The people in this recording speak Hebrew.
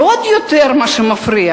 ועוד יותר מפריע